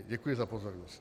Děkuji za pozornost.